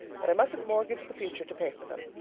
but i mustn't mortgage the future to pay for them.